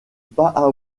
pas